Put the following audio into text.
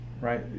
right